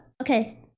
okay